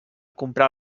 comprar